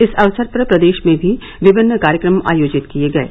इस अवसर पर प्रदेश में भी विभिन्न कार्यक्रम आयोजित किये गये